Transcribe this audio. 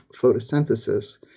photosynthesis